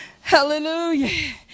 hallelujah